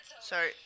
Sorry